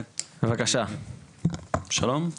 שלום,